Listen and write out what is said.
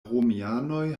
romianoj